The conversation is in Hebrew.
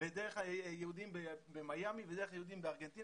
ודרך יהודים במיאמי ודרך יהודים בארגנטינה